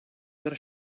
their